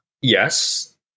yes